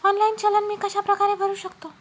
Online challan मी कशाप्रकारे भरु शकतो?